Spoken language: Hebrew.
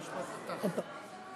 הצעה ראשונה, יש לנו הצעה לסדר-היום של חבר